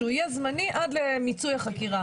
עד למיצוי החקירה.